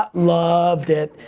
ah loved it.